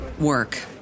work